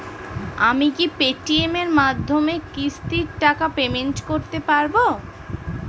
আমি কি Paytm এর মাধ্যমে কিস্তির টাকা পেমেন্ট করতে পারব?